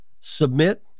submit